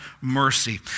mercy